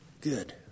good